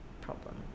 problem